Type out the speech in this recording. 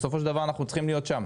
בסופו של דבר אנחנו צריכים להיות שם.